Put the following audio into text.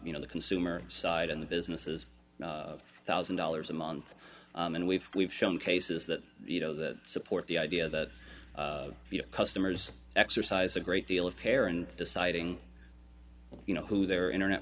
you know the consumer side and the businesses one thousand dollars a month and we've we've shown cases that you know that support the idea that you know customers exercise a great deal of care and deciding you know who their internet